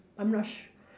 I'm not sure